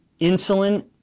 insulin